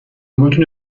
بتونی